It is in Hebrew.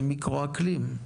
זה מיקרו-אקלים.